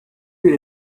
bir